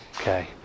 Okay